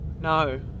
No